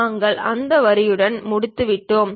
நாங்கள் அந்த வரியுடன் முடித்துவிட்டோம்